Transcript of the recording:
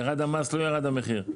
ירד המס ולא ירד המחיר.